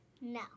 No